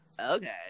okay